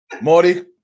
Morty